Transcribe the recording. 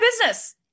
business